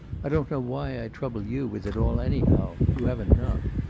i don't know why i trouble you with it all, anyhow. you have enough.